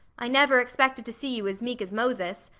i never expected to see you as meek as moses.